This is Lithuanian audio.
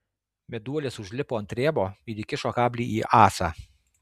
meduolis užlipo ant rėmo ir įkišo kablį į ąsą